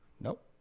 Nope